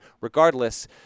regardless